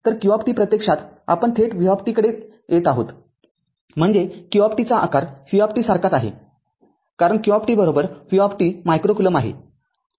तर q प्रत्यक्षात आपण थेट v कडे येत आहोत म्हणजे q चा आकार v सारखाच आहेकारण q v मायक्रो कुलोम्ब आहे